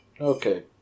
Okay